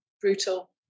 brutal